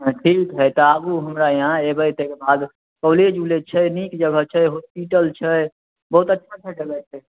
हँ ठीक है तऽ आबु हमरा यहाँ एबै तऽ ओहिके बाद कौलेज उलेज छै नीक जगह छै होस्पिटल छै बहुत अच्छा अच्छा जगह छै